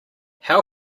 how